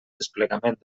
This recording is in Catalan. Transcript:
desplegament